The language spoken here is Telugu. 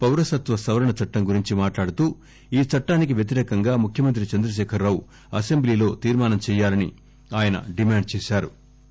పౌరసత్వ సవరణ చట్టం గురించి మాట్లాడుతూ ఈ చట్టానికి వ్యతిరేకంగా ముఖ్యమంత్రి చంద్రశేఖరరావు అసెంబ్లీలో తీర్మానం చేయాలని ఆయన డిమాండ్ చేశారు